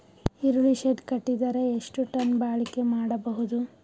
ಈರುಳ್ಳಿ ಶೆಡ್ ಕಟ್ಟಿದರ ಎಷ್ಟು ಟನ್ ಬಾಳಿಕೆ ಮಾಡಬಹುದು?